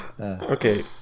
Okay